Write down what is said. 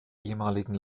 ehemaligen